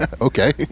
Okay